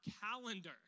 calendar